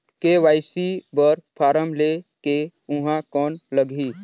KYC बर form ले के ऊहां कौन लगही?